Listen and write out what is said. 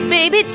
Baby